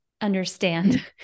understand